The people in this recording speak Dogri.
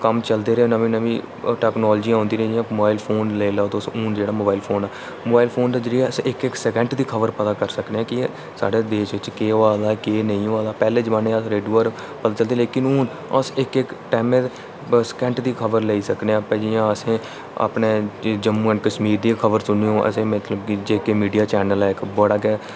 कम्म चलदे रेह् नमीं नमीं टेक्नोलाजियां औंदी रेहियां मोबाइल लेई लाओ तुस हून जेह्ड़े मोबाइल फोन मोबाइल फोन दे जरिये अस इक इक सकेंट दी खबर पता करी सकने कि साढ़े देश च केह् होआ दा केह् नेईं होआ दा पैह्ले जमाने अस रेडुआ'र पता चलदा लेकिन हून अस इक इक टैमे दे सकेंट दी खबर लेई सकने अपने जि'यां असें अपने जम्मू एंड कश्मीर दी गै खबर सुननी हो असें मतलब की जे के मीडिया चैनल ऐ इक बड़ा गै